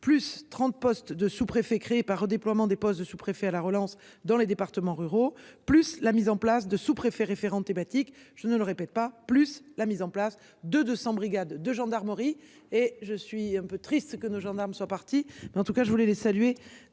plus 30 postes de sous-préfet créer par redéploiement des postes de sous-préfet à la relance dans les départements ruraux plus la mise en place de sous-préfet référent thématique, je ne le répète pas plus la mise en place de 200 brigades de gendarmerie et je suis un peu triste que nos gendarmes sont partis mais en tout cas je voulais le saluer